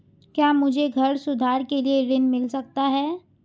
क्या मुझे घर सुधार के लिए ऋण मिल सकता है?